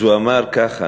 אז הוא אמר ככה,